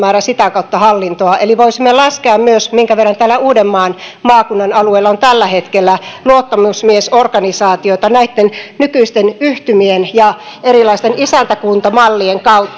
sitä kautta valtava määrä hallintoa eli voisimme laskea myös minkä verran uudenmaan maakunnan alueella on tällä hetkellä luottamusmiesorganisaatioita näitten nykyisten yhtymien ja erilaisten isäntäkuntamallien